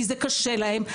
כי זה קשה להם,